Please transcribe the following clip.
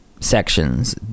Sections